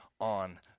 on